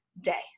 day